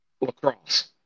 Lacrosse